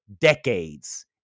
decades